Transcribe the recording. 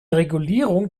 regulierung